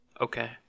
Okay